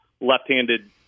left-handed